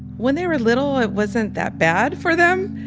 when they were little, it wasn't that bad for them.